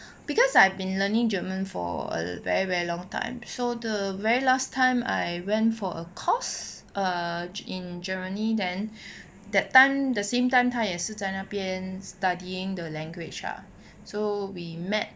because I've been learning german for a very very long time show the very last time I went for a course uh in germany then that time the same time 他也是在那边 studying the language ah so we met